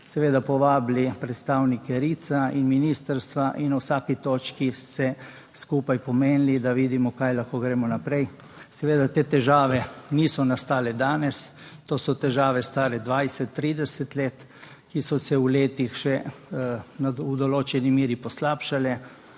seveda povabili predstavnike Rica in ministrstva in na vsaki točki se skupaj pomenili, da vidimo, kaj lahko gremo naprej. Seveda te težave niso nastale danes, to so težave stare 20, 30 let, ki so se v letih še v določeni meri poslabšale